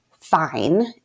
fine